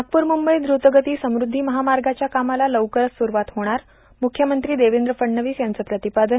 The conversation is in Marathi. नागपूर मुंबई द्रुतगती समृद्धी महामार्गाच्या कामाला लवकरच सुरूवात होणार मुख्यमंत्री देवेंद्र फडणवीस यांचं प्रतिपादन